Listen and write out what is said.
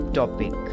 topic